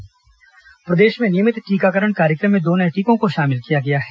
टीकाकरण नए टीके प्रदेश में नियमित टीकाकरण कार्यक्रम में दो नए टीकों को शामिल किया गया है